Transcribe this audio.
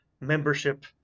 membership